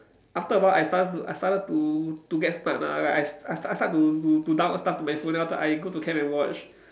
after a while I started to I started to to get smart ah I I start to to download stuff to my phone then after that I go to camp and watch